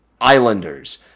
Islanders